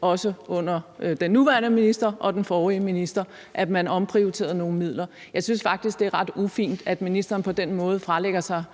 også under den nuværende minister og den forrige minister, at godkende, at man omprioriterede nogle midler. Jeg synes faktisk, det er ret ufint, at ministeren på den måde fralægger sig